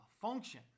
function